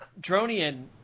Dronian